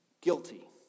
guilty